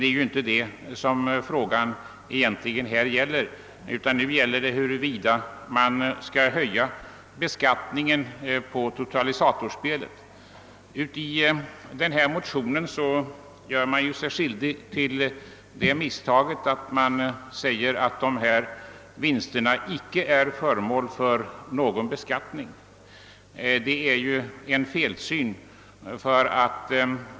Det är inte heller detta som saken i dag gäller utan frågan om huruvida beskattningen av totalisatorspel skall höjas. I motionen gör man sig skyldig till det misstaget, att man säger att totalisatorvinster icke är föremål för någon beskattning.